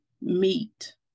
meet